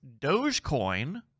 Dogecoin